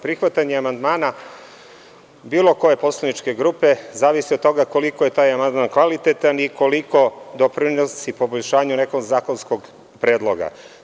Prihvatanje amandmana, bilo koje poslaničke grupe, zavisi od toga koliko je taj amandman kvalitetan i koliko doprinosi poboljšanju nekog zakonskog predloga.